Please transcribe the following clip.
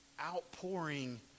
outpouring